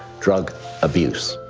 drug abuse.